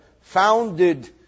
founded